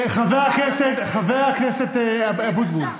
חבר הכנסת, חבר הכנסת אבוטבול.